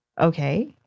okay